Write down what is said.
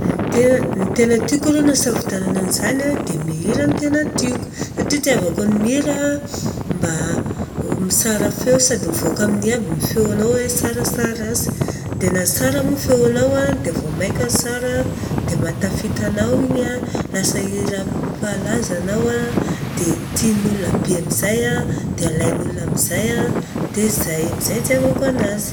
Ny tena ny tena tiako aloha raha ampisafidianana an'izany a, dia mihira ny tena tiako. Satria hitiavako ny mihira a, mba tsara feo sady mivoaka amin'igny aby ny feonao hoe tsara sa ratsy dia na tsara moa ny feonao a, dia vao maika tsara a. Dia mahatafita anao igny a. Lasa hira mpalaza anao a, dia tian'olona be amin'izay a, dia alain'olona amizay a. Dia izay amin' izay hitiavako anazy.